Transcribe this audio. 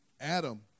Adam